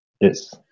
Yes